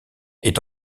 est